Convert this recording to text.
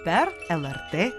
per lrt